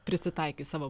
prisitaikei savo